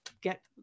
get